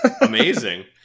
amazing